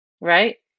right